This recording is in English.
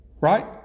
Right